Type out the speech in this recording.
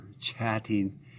chatting